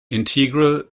integral